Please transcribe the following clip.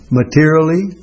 materially